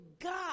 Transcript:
God